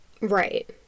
Right